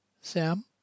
Sam